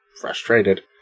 frustrated